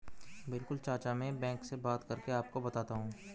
बिल्कुल चाचा में बैंक से बात करके आपको बताता हूं